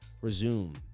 resume